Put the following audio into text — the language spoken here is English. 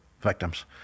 victims